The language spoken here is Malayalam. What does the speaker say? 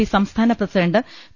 പി സംസ്ഥാന പ്രസിഡണ്ട് പി